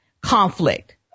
conflict